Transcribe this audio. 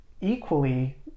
equally